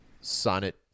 sonnet